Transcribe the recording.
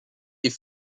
est